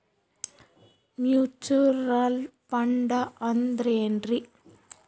Mutual fund ಅಂದ್ರೆನ್ರಿ?